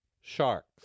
Sharks